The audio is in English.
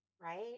right